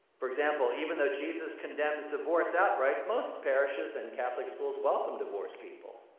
for example, even though jesus condemns divorce outright, most parishes and catholic schools welcome divorced people.